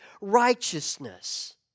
righteousness